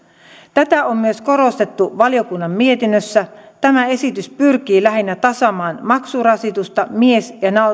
tätä on myös korostettu valiokunnan mietinnössä tämä esitys pyrkii lähinnä tasaamaan maksurasitusta mies ja